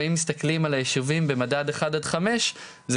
ואם מסתכלים על היישובים במדד אחד עד חמש זה